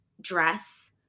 dress